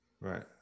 right